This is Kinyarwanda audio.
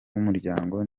w’umuryango